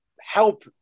help